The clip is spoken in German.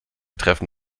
treffen